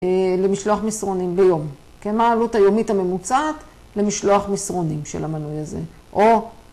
למשלוח מסרונים ביום, כן, מה העלות היומית הממוצעת למשלוח מסרונים של המנוי הזה, או